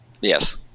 yes